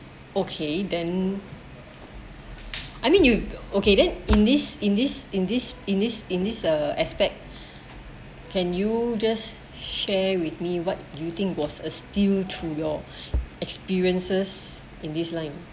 okay then I mean you okay then in this in this in this in this in this uh aspect can you just share with me what you think was a steal through your experiences in this line